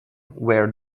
were